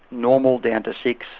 normal down to six,